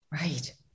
right